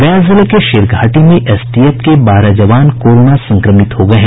गया जिले के शेरघाटी में एसटीएफ के बारह जवान कोरोना संक्रमित हो गये हैं